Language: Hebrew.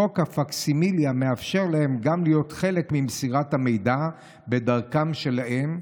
חוק הפקסימיליה מאפשר גם להם להיות חלק ממסירת המידע בדרכם שלהם,